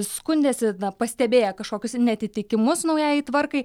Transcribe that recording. skundėsi pastebėję kažkokius neatitikimus naujajai tvarkai